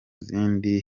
zindi